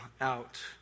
out